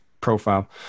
profile